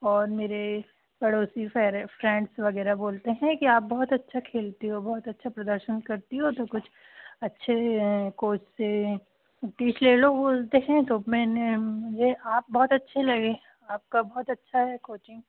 और मेरे पड़ोसी सारे फ़्रैंड्स वगैरह बोलते हैं कि आप बहुत अच्छा खेलती हो बहुत अच्छा प्रदर्शन करती हो तो कुछ अच्छे कोच से टीच ले लो बोलते हैं तो मैंने मुझे आप बहुत अच्छे लगे आपका बहुत अच्छा है कोचिंग